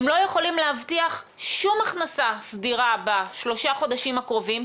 הם לא יכולים להבטיח שום הכנסה סדירה בשלושת החודשים הקרובים,